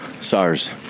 SARS